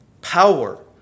power